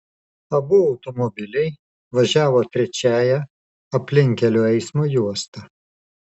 abu automobiliai važiavo trečiąja aplinkkelio eismo juosta